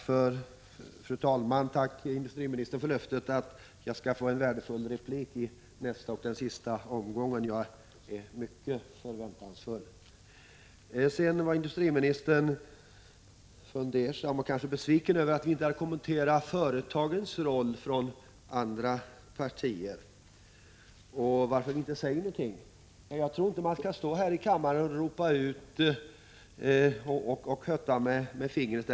Fru talman! Tack industriministern för löftet att jag skall få en värdefull replik i nästa omgång, som är den sista. Jag är mycket förväntansfull. Industriministern var besviken över att vi som tillhör andra partier inte har kommenterat företagens roll. Jag tror emellertid inte att vi skall stå här i kammaren och hötta med fingret.